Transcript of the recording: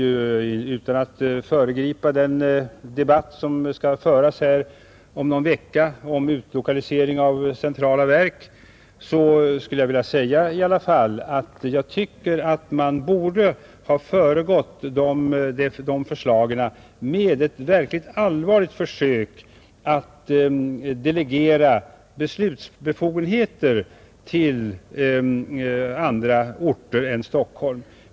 Utan att föregripa den debatt som skall föras om någon vecka om utlokalisering av centrala verk vill jag säga att förslaget om utflyttning borde ha föregåtts av ett verkligt allvarligt försök att delegera beslutsbefogenheter till andra orter än Stockholm.